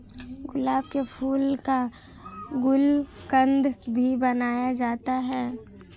गुलाब के फूल का गुलकंद भी बनाया जाता है